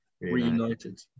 Reunited